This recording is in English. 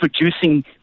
producing